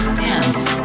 dance